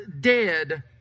dead